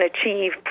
achieve